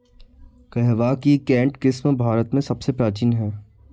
कहवा की केंट किस्म भारत में सबसे प्राचीन है